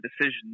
decisions